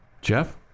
Jeff